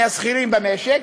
מהשכירים במשק,